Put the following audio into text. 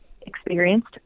experienced